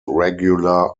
regular